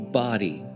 body